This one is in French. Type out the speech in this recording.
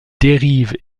dérivent